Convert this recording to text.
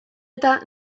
eta